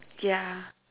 yeah